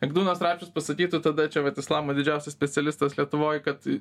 egdūnas račas pasakytų tada čia vat islamo didžiausias specialistas lietuvoj kad